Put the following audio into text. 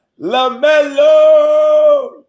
LaMelo